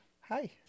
hi